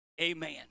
Amen